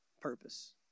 purpose